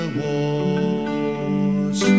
wars